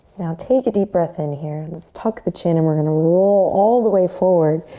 now take a deep breath in here. let's tuck the chin and we're gonna roll all the way forward.